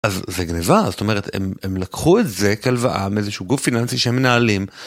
אז זה גניבה, זאת אומרת הם לקחו את זה כהלוואה מאיזה שהוא גוף פיננסי שהם מנהלים.